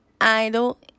idol